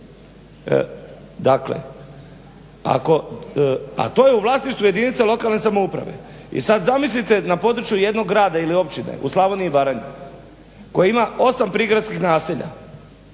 Dakle, ako a to je u vlasništvu jedinica lokalne samouprave. I sad zamislite na području jednog grada ili općine u Slavoniji i Baranji koji ima 8 prigradskih naselja